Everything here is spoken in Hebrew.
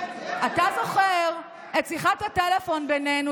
אתה זוכר את שיחת הטלפון בינינו,